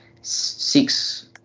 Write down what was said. six